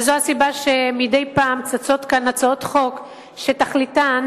וזאת הסיבה לכך שמדי פעם צצות כאן הצעות חוק שתכליתן